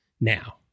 Now